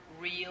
real